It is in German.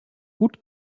gut